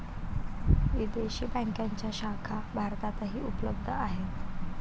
विदेशी बँकांच्या शाखा भारतातही उपलब्ध आहेत